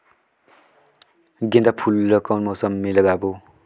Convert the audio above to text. गेंदा फूल ल कौन मौसम मे लगाबो?